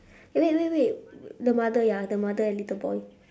eh wait wait wait the mother ya the mother and the little boy